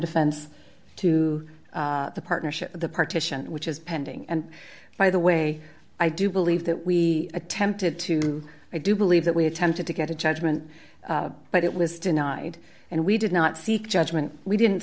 defense to the partnership the partition which is pending and by the way i do believe that we attempted to i do believe that we attempted to get a judgment but it was denied and we did not seek judgment we didn't